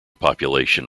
population